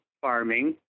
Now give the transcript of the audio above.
farming